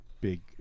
big